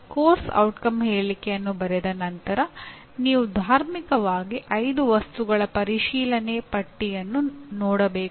ಪಠ್ಯಕ್ರಮದ ಪರಿಣಾಮ ಹೇಳಿಕೆಯನ್ನು ಬರೆದ ನಂತರ ನೀವು ಧಾರ್ಮಿಕವಾಗಿ 5 ವಸ್ತುಗಳ ಈ ಪರಿಶೀಲನಾಪಟ್ಟಿಯನ್ನು ನೋಡಬೇಕು